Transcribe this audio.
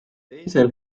teisel